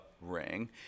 ring